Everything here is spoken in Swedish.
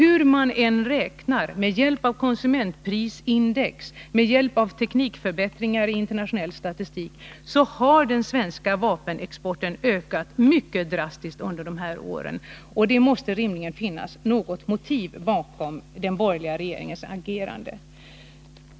Hur man än räknar — med hjälp av konsumentprisindex eller med hjälp av teknikförbättringar i internationell statistik — kommer man fram till att den svenska vapenexporten har ökat mycket drastiskt under dessa år. Det måste rimligen finnas något motiv bakom den borgerliga regeringens agerande.